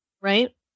Right